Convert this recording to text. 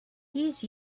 use